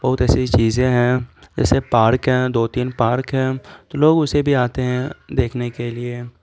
بہت ایسی چیزیں ہیں جیسے پارک ہیں دو تین پارک ہیں تو لوگ اسے بھی آتے ہیں دیکھنے کے لیے